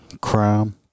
crime